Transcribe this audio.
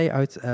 uit